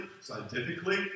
scientifically